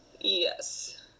Yes